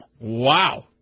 Wow